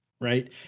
right